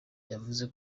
yavuze